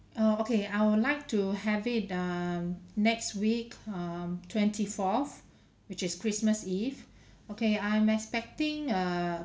oh okay I would like to have it um next week um twenty forth which is christmas eve okay I'm expecting err